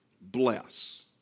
bless